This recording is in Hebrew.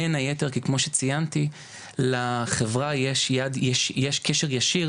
בין היתר כי כמו שציינתי למדינה יש קשר ישיר